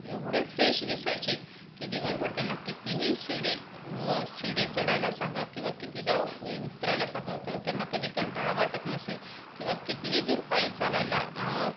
एवढे फ्रेश दिसायचे की दिवसभर त्यांना कितीही शिडी शिड्या चढायला सांगा किंवा कितीदा उतरायला सांगा तर त्यांना कधी कंटाळा वाटत नसे किंवा कितीही दूर पायी चालायला